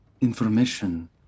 information